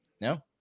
No